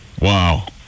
Wow